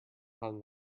hung